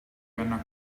vena